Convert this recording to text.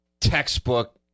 Textbook